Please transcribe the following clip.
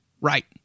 right